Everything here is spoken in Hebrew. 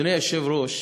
אדוני היושב-ראש,